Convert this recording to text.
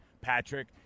Patrick